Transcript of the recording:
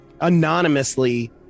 anonymously